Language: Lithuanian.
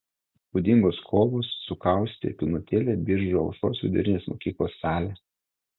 įspūdingos kovos sukaustė pilnutėlę biržų aušros vidurinės mokyklos salę